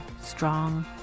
Strong